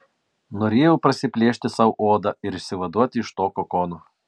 norėjau prasiplėšti sau odą ir išsivaduoti iš to kokono